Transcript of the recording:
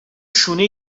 شونه